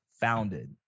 founded